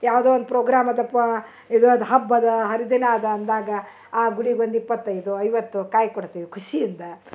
ಯಾವುದೋ ಒಂದು ಪ್ರೋಗ್ರಾಮ್ ಅದಪ್ಪ ಇದು ಅದ ಹಬ್ಬದ ಹರಿದಿನ ಅದ ಅಂದಾಗ ಆ ಗುಡಿಗೊಂದು ಇಪ್ಪತ್ತೈದು ಐವತ್ತು ಕಾಯಿ ಕೊಡ್ತಿವಿ ಖುಷಿಯಿಂದ